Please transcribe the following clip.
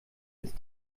ist